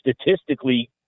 statistically